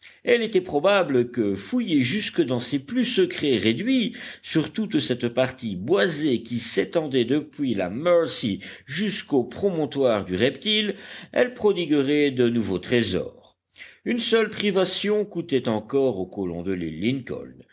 il était probable que fouillée jusque dans ses plus secrets réduits sur toute cette partie boisée qui s'étendait depuis la mercy jusqu'au promontoire du reptile elle prodiguerait de nouveaux trésors une seule privation coûtait encore aux colons de l'île lincoln